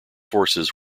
forces